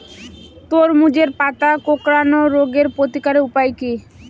তরমুজের পাতা কোঁকড়ানো রোগের প্রতিকারের উপায় কী?